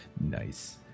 nice